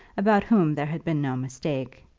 about whom there had been no mistake.